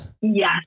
Yes